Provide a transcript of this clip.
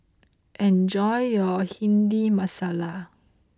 enjoy your Bhindi Masala